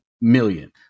million